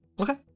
Okay